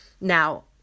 Now